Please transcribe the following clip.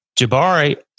Jabari